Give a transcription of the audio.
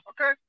okay